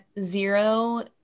zero